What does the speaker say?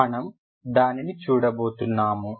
మనం దానిని చూడబోతున్నాము